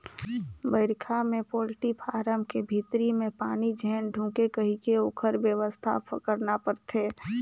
बइरखा में poultry farm के भीतरी में पानी झेन ढुंके कहिके ओखर बेवस्था करना परथे